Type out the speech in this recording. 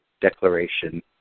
declaration